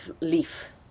leaf